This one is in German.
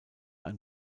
ein